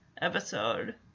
episode